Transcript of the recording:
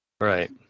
right